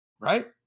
right